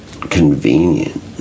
Convenient